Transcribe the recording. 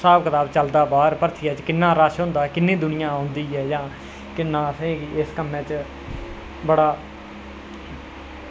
स्हाब कताब चलदा बाहर भरथियै च किन्ना रश होंदा ते किन्नी दूनियां औंदी ऐ जां किन्ना असें ई इस कम्में च बड़ा